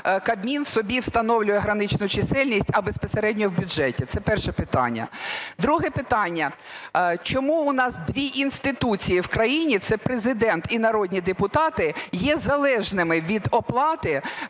Кабмін собі встановлює граничну чисельність, а безпосередньо в бюджеті? Це перше питання. Друге питання. Чому у нас дві інституції в країні, це Президент і народні депутати, є залежними від оплати